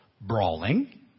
brawling